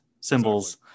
symbols